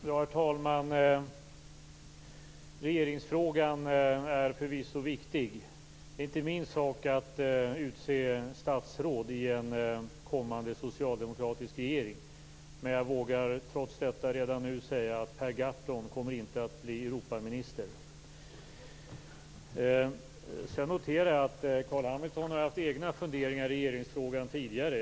Herr talman! Regeringsfrågan är förvisso viktig. Det är inte min sak att utse statsråd i en kommande socialdemokratisk regering. Men jag vågar trots detta redan nu säga att Per Gahrton inte kommer att bli Sedan noterar jag att Carl B Hamilton har haft egna funderingar i regeringsfrågan tidigare.